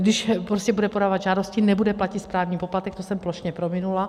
Když prostě bude podávat žádosti, nebude platit správní poplatek, to jsem plošně prominula.